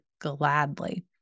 gladly